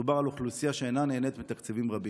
מדובר באוכלוסייה שאינה נהנית מתקציבים רבים.